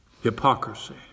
hypocrisy